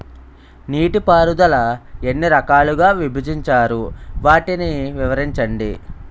నీటిపారుదల ఎన్ని రకాలుగా విభజించారు? వాటి వివరించండి?